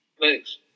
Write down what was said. Thanks